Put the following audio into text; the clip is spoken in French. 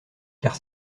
car